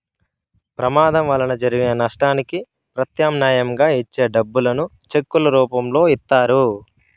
ప్రమాదం వలన జరిగిన నష్టానికి ప్రత్యామ్నాయంగా ఇచ్చే డబ్బులను చెక్కుల రూపంలో ఇత్తారు